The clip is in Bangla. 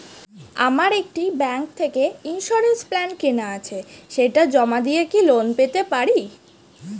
আমার একটি ব্যাংক থেকে ইন্সুরেন্স প্ল্যান কেনা আছে সেটা জমা দিয়ে কি লোন পেতে পারি?